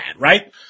right